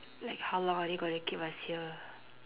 like how long are they gonna keep us here